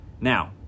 Now